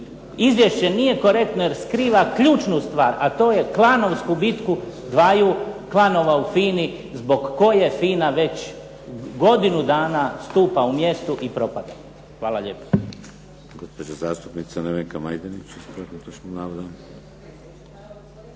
izvješće nije korektno jer skriva ključnu stvar a to je klanovsku bitku dvaju klanova u FINA-i zbog koje FINA već godinu dana stupa u mjestu i propada. Hvala lijepa.